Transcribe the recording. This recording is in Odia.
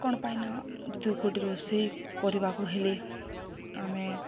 କ'ଣ ପାଇଁନା ଯଦି ଗୋଟେ ରୋଷେଇ କରିବାକୁ ହେଲେ ଆମେ